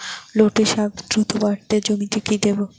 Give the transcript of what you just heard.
লটে শাখ দ্রুত বাড়াতে জমিতে কি দেবো?